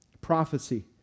Prophecy